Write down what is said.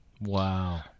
Wow